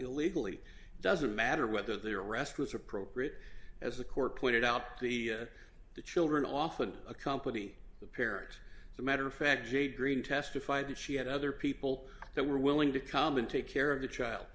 illegally doesn't matter whether their arrest was appropriate as the court pointed out the the children often accompany the parent it's a matter of fact jade green testified that she had other people that were willing to come and take care of the child